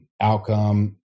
outcome